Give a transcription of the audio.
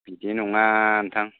बिदि नङा ओनथां